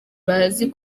bazi